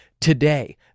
today